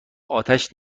آتش